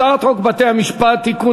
הצעת חוק בתי-המשפט (תיקון,